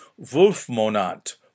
Wolfmonat